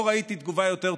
לא ראיתי תגובה יותר טובה.